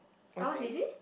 ours you see